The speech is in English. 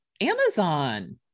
Amazon